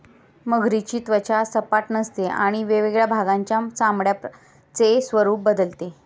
मगरीची त्वचा सपाट नसते आणि वेगवेगळ्या भागांच्या चामड्याचे स्वरूप बदलते